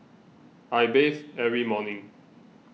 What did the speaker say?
I bathe every morning